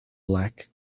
black